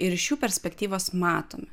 ir iš jų perspektyvos matome